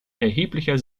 erheblicher